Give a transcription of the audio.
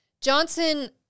Johnson